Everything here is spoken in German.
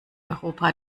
europa